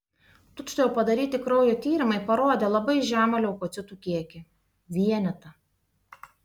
tučtuojau padaryti kraujo tyrimai parodė labai žemą leukocitų kiekį vienetą